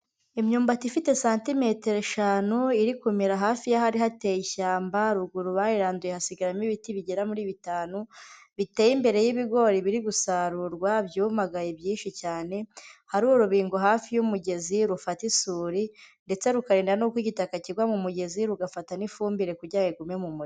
Imyumbati ifite santimetero eshantu iri kumerara hafi y'ahari hateye ishyamba, ruguru bayiranduye hasigaramo ibiti bigera muri bitanu biteye imbere y'ibigori biri gusarurwa byumagaye byinshi cyane, hari urubingo hafi y'umugezi rufata isuri ndetse rukarinda n'uko igitaka kigwa mu mugezi rugafata n'ifumbire kugira ngo igume mu murima.